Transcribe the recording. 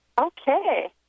Okay